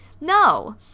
No